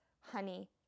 honey